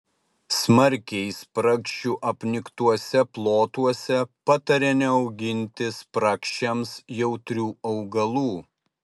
smarkiai spragšių apniktuose plotuose patarė neauginti spragšiams jautrių augalų